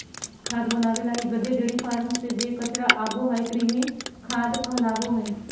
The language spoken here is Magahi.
खाद बनाबे लगी गड्डे, डेयरी फार्म से जे कचरा आबो हइ, कृमि खाद कहलाबो हइ